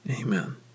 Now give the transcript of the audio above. Amen